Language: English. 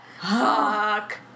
Fuck